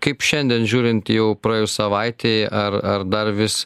kaip šiandien žiūrint jau praėjus savaitei ar ar dar vis